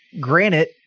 granite